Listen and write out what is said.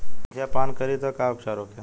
संखिया पान करी त का उपचार होखे?